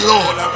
Lord